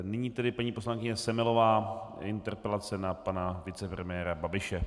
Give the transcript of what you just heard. Nyní tedy paní poslankyně Semelová interpelace na pana vicepremiéra Babiše.